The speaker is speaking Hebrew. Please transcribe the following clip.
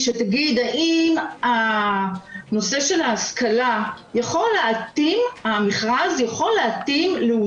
שתגיד האם המכרז יכול להתאים לנושא של